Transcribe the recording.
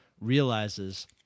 realizes